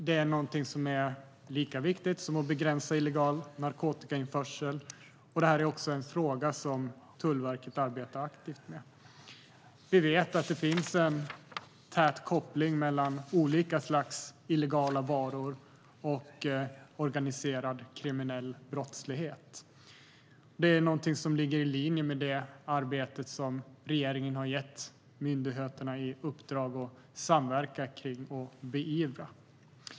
Det är lika viktigt som att begränsa illegal narkotikainförsel. Det är också en fråga som Tullverket arbetar aktivt med. Vi vet att det finns en tät koppling mellan olika slags illegala varor och organiserad brottslighet. Det är något som ligger i linje med det arbete som regeringen har gett myndigheterna i uppdrag att samverka kring och beivra.